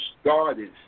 started